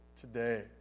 today